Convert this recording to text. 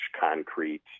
concrete